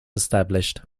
established